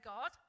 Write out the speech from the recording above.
God